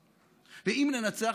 הממשלה,